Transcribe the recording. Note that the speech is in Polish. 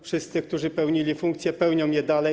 Wszyscy, którzy pełnili funkcje, pełnią je dalej.